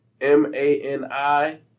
M-A-N-I